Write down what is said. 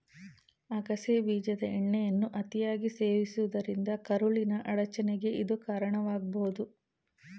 ಅಗಸೆ ಬೀಜದ ಎಣ್ಣೆಯನ್ನು ಅತಿಯಾಗಿ ಸೇವಿಸುವುದರಿಂದ ಕರುಳಿನ ಅಡಚಣೆಗೆ ಇದು ಕಾರಣವಾಗ್ಬೋದು